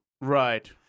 Right